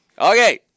Okay